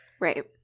Right